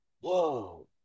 Whoa